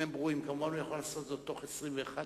כמובן, הוא יכול לעשות זאת בתוך 21 יום,